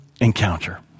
encounter